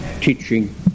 teaching